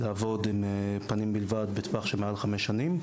לעבוד עם פנים בלבד בטווח של מעל חמש שנים.